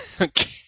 Okay